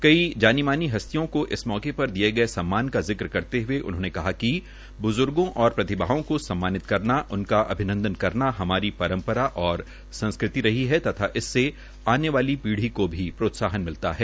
कई जानी मानी हस्तियों को इस मौके पर दिये सम्मान का जिक करते हुए उन्होंने कहा कि बजुर्गो और प्रतिभाओं को सम्मानित करना उनका अभिनंदन करना हमारी परंपरा और संस्कृति रही है तथा इससे आने वाली पीढी को भी प्रोत्साहन मिलता है